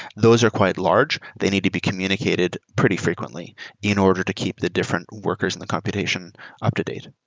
those are quite large. they need to be communicated pretty frequently in order to keep the different workers in the computation up-to-date.